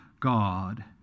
god